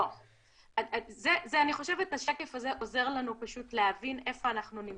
אני חושבת שהשקף הזה עוזר לנו פשוט להבין איפה אנחנו נמצאים,